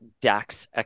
Dax